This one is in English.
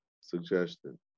suggestion